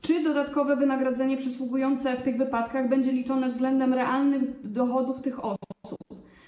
Czy dodatkowe wynagrodzenie przysługujące w tych wypadkach będzie liczone względem realnych dochodów tych osób?